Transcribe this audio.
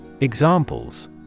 Examples